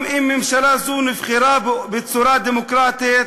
גם אם ממשלה זו נבחרה בצורה דמוקרטית,